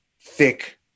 thick